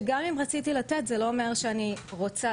אז באמת שמענו כל הזמן: כן, אבל זה לא אונס.